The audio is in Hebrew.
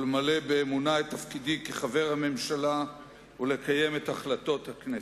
למלא באמונה את תפקידי כחבר הממשלה ולקיים את החלטות הכנסת.